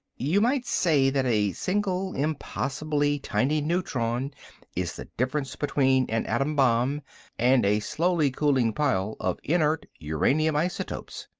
you might say that a single, impossibly tiny, neutron is the difference between an atom bomb and a slowly cooling pile of inert uranium isotopes.